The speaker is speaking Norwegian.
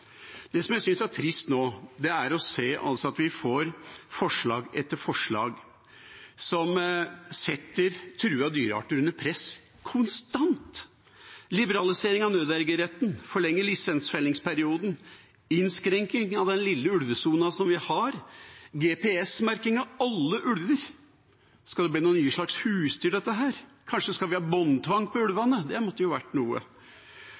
Det som jeg synes er trist nå, er å se at vi får forslag etter forslag som setter truede dyrearter under press – konstant: liberalisering av nødvergeretten, forlengelse av lisensfellingsperioden, innskrenking av den lille ulvesonen som vi har, GPS-merking av alle ulver. Skal det bli en slags nye husdyr, dette? Kanskje skal vi ha båndtvang på ulvene? Det måtte jo ha vært noe.